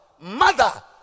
Mother